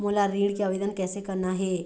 मोला ऋण के आवेदन कैसे करना हे?